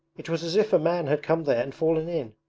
it was as if a man had come there and fallen in.